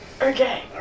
Okay